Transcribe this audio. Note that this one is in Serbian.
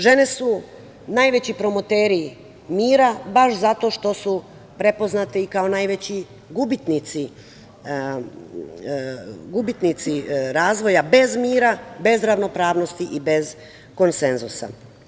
Žene su najveći promoteri mira, baš zato što su prepoznate i kao najveći gubitnici razvoja bez mira, bez ravnopravnosti i bez konsenzusa.